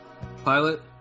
Pilot